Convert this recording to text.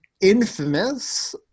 infamous